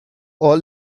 all